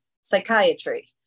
psychiatry